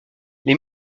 les